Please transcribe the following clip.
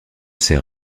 ces